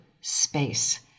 space